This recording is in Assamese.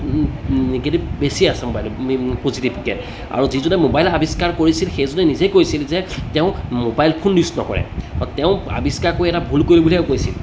নিগেটিভ বেছি আছে মোবাইলত পজিটিভিতকৈ আৰু যিজনে মোবাইল আৱিষ্কাৰ কৰিছিল সেইজনে নিজেই কৈছিল যে তেওঁ মোবাইল ফোন ইউজ নকৰে তেওঁ আৱিষ্কাৰ কৰি এটা ভুল কৰিলোঁ বুলিহে কৈছিল